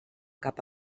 cap